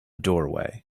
doorway